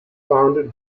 founded